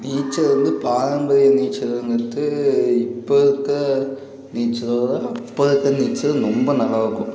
நீச்சல் வந்து பாரம்பரிய நீச்சலுங்கிறது இப்போ இருக்கற நீச்சலை விட அப்போ இருக்கற நீச்சல் ரொம்ப நல்லாயிருக்கும்